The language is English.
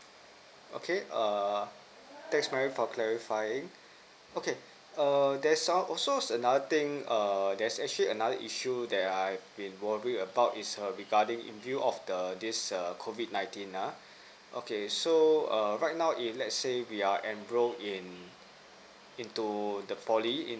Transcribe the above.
okay err thanks mary for clarifying okay err that's all also another thing err there's actually another issue that I've been worry about is err regarding in view of the this err COVID nineteen uh okay so err right now if let's say we are enrol in into the poly